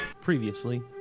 Previously